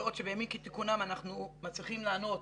בעוד שבימים כתיקונם אנחנו מצליחים לענות